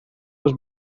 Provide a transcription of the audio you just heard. dos